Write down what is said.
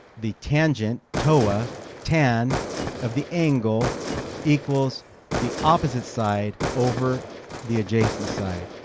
the tangent toa tan of the angle equals the opposite side over the adjacent side.